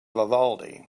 vivaldi